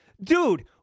dude